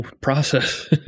process